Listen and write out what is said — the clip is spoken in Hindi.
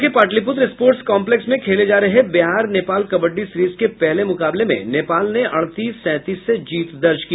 पटना के पाटलिपुत्र स्पोटर्स कॉम्पलेक्स में खेले जा रहे बिहार नेपाल कबड्डी सीरीज के पहले मुकाबले में नेपाल ने अड्तीस सैंतीस से जीत दर्ज की